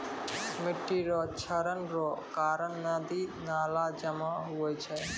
मिट्टी रो क्षरण रो कारण नदी नाला जाम हुवै छै